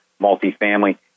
multifamily